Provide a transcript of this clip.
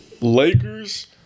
lakers